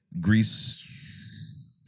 Greece